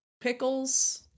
pickles